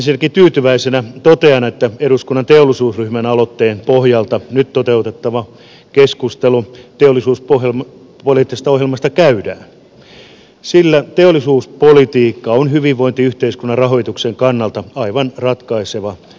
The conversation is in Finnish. ensinnäkin tyytyväisenä totean että eduskunnan teollisuusryhmän aloitteen pohjalta nyt toteutettava keskustelu teollisuuspoliittisesta ohjelmasta käydään sillä teollisuuspolitiikka on hyvinvointiyhteiskunnan rahoituksen kannalta aivan ratkaiseva asia